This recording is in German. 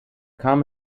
kam